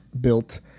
built